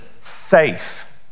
safe